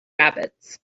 rabbits